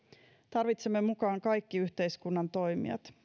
tarvitsemme mukaan kaikki yhteiskunnan toimijat